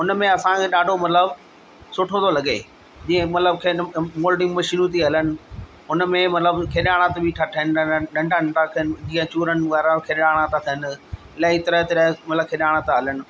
हुन में असांखे ॾाढो मतिलबु सुठो थो लॻे जीअं मतिलबु खेन मोल्डिंग मशीनूं थी हलनि उन में मतिलबु खेॾाणा त बि ठहनि ठहनि न नन्ढा नन्ढा था थियनि जीअं चूरन वारा खेॾाणा था थियनि इलाही तरह तरह मतिलबु खेॾाणा था हलनि